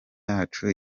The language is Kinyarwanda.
yacu